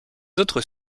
autres